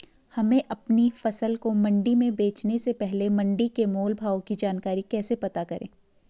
हमें अपनी फसल को मंडी में बेचने से पहले मंडी के मोल भाव की जानकारी कैसे पता करें?